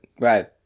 Right